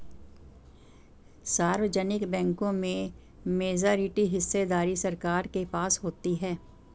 सार्वजनिक बैंकों में मेजॉरिटी हिस्सेदारी सरकार के पास होती है